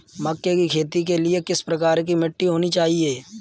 मक्के की खेती के लिए किस प्रकार की मिट्टी होनी चाहिए?